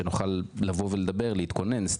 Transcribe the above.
שנוכל להתכונן לפני שבאים לדבר,